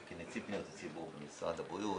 נציב תלונות הציבור במשרד הבריאות,